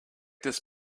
this